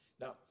Now